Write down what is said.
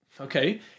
okay